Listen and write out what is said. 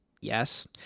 Yes